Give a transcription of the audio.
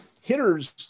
hitters